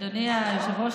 אדוני היושב-ראש,